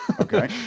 Okay